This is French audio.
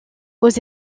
aux